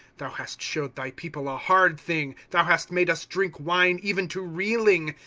thou hast showed thy people a hard thing thou hast made us drinli wine even to reeling.